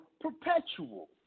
perpetual